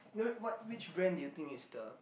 what which brand do you think is the